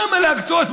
למה להקצות,